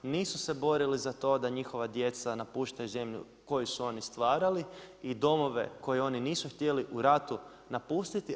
Nisu se borili za to da njihova djeca napuštaju zemlju koju su oni stvarali i domove koju oni nisu htjeli u ratu napustiti.